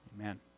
Amen